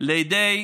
בידי